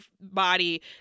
body